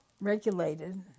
regulated